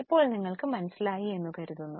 ഇപ്പോൾ നിങ്ങൾക് മനസിലായി എന്ന് കരുതുന്നു